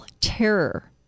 terror